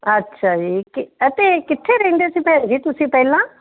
ਅੱਛਾ ਜੀ ਅਤੇ ਕਿੱਥੇ ਰਹਿੰਦੇ ਸੀ ਭੈਣ ਜੀ ਤੁਸੀਂ ਪਹਿਲਾਂ